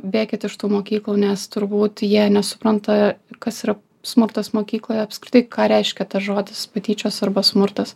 bėkit iš tų mokyklų nes turbūt jie nesupranta kas yra smurtas mokykloje apskritai ką reiškia tas žodis patyčios arba smurtas